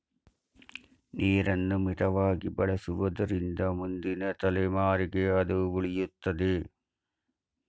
ನೀರನ್ನು ಮಿತವಾಗಿ ಬಳಸುವುದರಿಂದ ಮುಂದಿನ ತಲೆಮಾರಿಗೆ ಅದು ಉಳಿಯುತ್ತದೆ